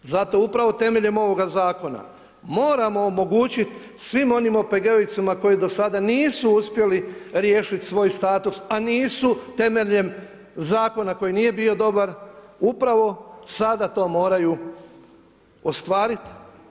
Zato upravo temeljem ovoga zakona moramo omogućiti svim onim OPG-ovcima koji do sada nisu uspjeli riješiti svoj status, a nisu temeljem zakona koji nije bio dobar, upravo sada to moraju ostvariti.